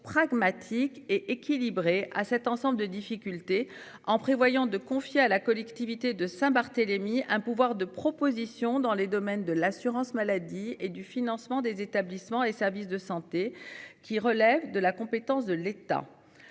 pragmatique et équilibré à cet ensemble de difficultés en prévoyant de confier à la collectivité de Saint-Barthélemy un pouvoir de propositions, dans les domaines de l'assurance maladie et du financement des établissements et services de santé qui relèvent de la compétence de l'État.